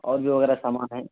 اور بھی وغیرہ سامان ہیں